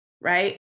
right